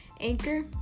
Anchor